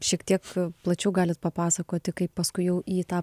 šiek tiek plačiau galit papasakoti kaip paskui jau į tą